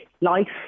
life